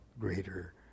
greater